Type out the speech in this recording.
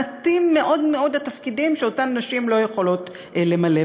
מעטים מאוד מאוד התפקידים שנשים לא יכולות למלא.